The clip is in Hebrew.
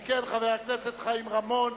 שכן התפטרותו של חבר הכנסת חיים רמון